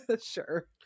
sure